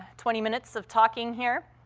twenty minutes of talking here